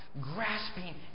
grasping